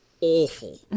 awful